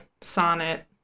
sonnet